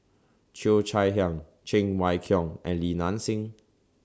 Cheo Chai Hiang Cheng Wai Keung and Li Nanxing